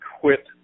quit